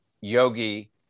yogi